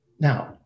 Now-